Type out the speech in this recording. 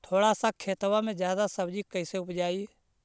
थोड़ा सा खेतबा में जादा सब्ज़ी कैसे उपजाई?